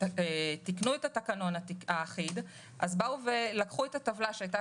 כשתיקנו את התקנון האחיד לקחו את הטבלה שהייתה